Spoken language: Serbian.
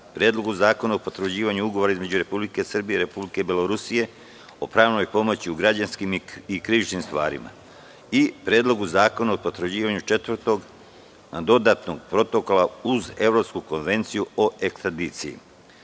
Predlogu zakona o potvrđivanju Ugovora između Republike Srbije i Republike Belorusije o pravnoj pomoći u građanskim i krivičnim stvarima i Predlogu zakona o potvrđivanju Četvrtog dodatnog protokola uz Evropsku konvenciju o ekstradiciji. Istovremeno